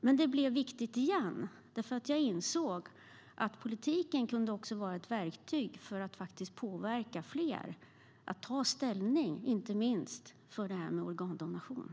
Men politiken blev viktig igen, därför att jag insåg att politiken kunde vara ett verktyg att påverka fler att ta ställning inte minst för organdonation.